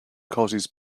causes